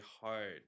hard